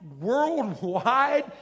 worldwide